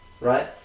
right